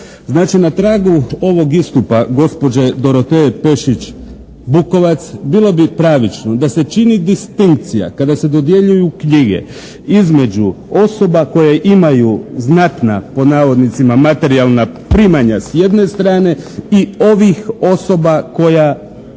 Znači na tragu ovog istupa gospođe Doroteje Pešić Bukovac bilo bi pravično da se čini distinkcija kada se dodjeljuju knjige između osoba koje imaju znatna pod navodnicima "materijalna primanja" s jedne strane i ovih osoba koja